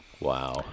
Wow